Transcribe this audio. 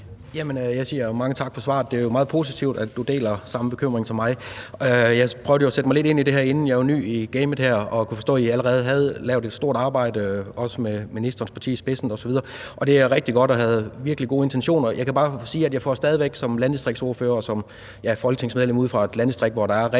jeg siger mange tak for svaret. Det er jo meget positivt, at du deler samme bekymring som mig. Jeg prøvede at sætte mig lidt ind i det her inden, jeg er jo ny i gamet her, og jeg kunne forstå, at I allerede havde lavet et stort arbejde, også med ministerens parti i spidsen osv., og det er rigtig godt, og der er virkelig gode intentioner. Jeg kan bare sige, at jeg som landdistriktsordfører og som folketingsmedlem ude fra et landdistrikt, hvor der er rigtig